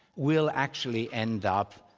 will actually end up,